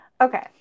Okay